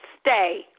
stay